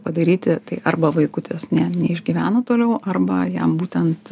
padaryti tai arba vaikutis neišgyvena toliau arba jam būtent